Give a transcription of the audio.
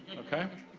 okay?